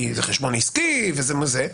כי זה חשבון עסקי וזה וזה.